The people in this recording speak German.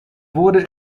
wurde